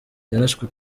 yarashwe